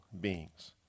beings